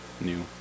new